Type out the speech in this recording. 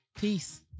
Peace